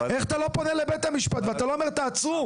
איך אתה לא פונה לבית המשפט ואתה לא אומר תעצרו.